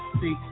see